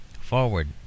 forward